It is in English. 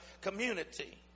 community